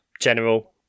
General